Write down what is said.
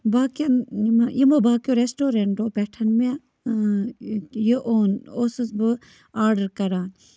باقین یِمو باقیو رٮ۪سٹورنٹو پٮ۪ٹھ مےٚ یہِ اوٚن اوسُس بہٕ آرڈر کران